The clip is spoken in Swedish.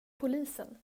polisen